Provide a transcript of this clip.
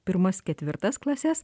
pirmas ketvirtas klases